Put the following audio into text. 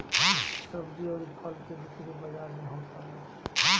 सब्जी अउरी फल के बिक्री बाजारी में होत हवे